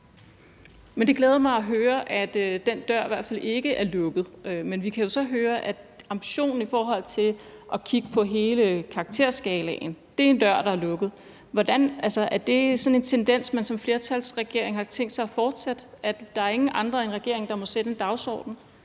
Det glæder mig at høre, at den dør i hvert fald ikke er lukket. Men vi kan jo så høre, at ambitionen om at kigge på hele karakterskalaen er en dør, der er lukket. Er det sådan en tendens, som man som flertalsregering har tænkt sig at fortsætte, altså at der er ingen andre end regeringen, der må sætte en dagsorden,